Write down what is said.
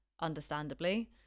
understandably